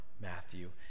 Matthew